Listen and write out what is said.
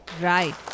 Right